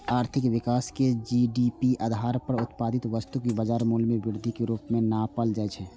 आर्थिक विकास कें जी.डी.पी आधार पर उत्पादित वस्तुक बाजार मूल्य मे वृद्धिक रूप मे नापल जाइ छै